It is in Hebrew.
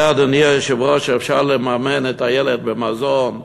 יודע אדוני היושב-ראש שאפשר לממן את הילד במזון,